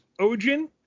Ojin